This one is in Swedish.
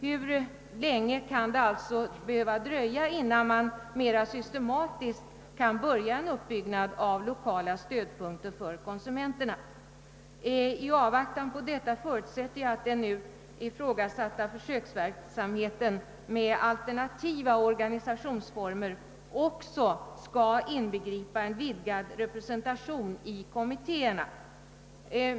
Hur länge kan det alltså behöva dröja innan man kan börja med en mera systematisk uppbyggnad av lokala stödpunkter? Jag förutsätter att man i avvaktan på den vidare lokala utbyggnaden låter den ifrågasatta försöksverksamheten med alternativa organisationsformer inbegripa en vidgad representation i kommittéerna.